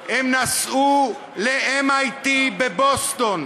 הם נסעו ל-MIT בבוסטון,